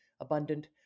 abundant